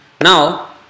Now